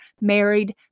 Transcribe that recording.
married